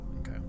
Okay